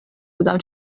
بودم